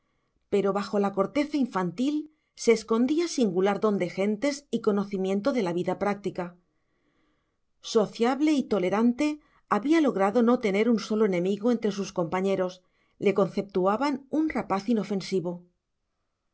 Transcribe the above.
pero bajo la corteza infantil se escondía singular don de gentes y conocimiento de la vida práctica sociable y tolerante había logrado no tener un solo enemigo entre sus compañeros le conceptuaban un rapaz inofensivo